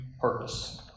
purpose